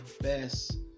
best